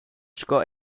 sco